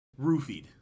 Roofied